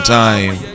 time